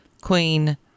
Queen